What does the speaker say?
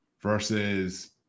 versus